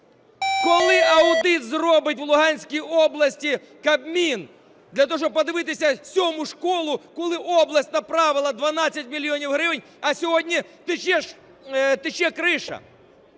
Коли аудит зробить в Луганській області Кабмін для того, щоб подивитися сьому школу, куди область направила 12 мільйонів гривень, а сьогодні тиче крыша?